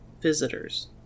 visitors